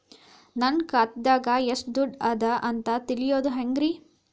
ನನ್ನ ಖಾತೆದಾಗ ಎಷ್ಟ ದುಡ್ಡು ಅದ ಅಂತ ತಿಳಿಯೋದು ಹ್ಯಾಂಗ್ರಿ?